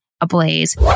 ablaze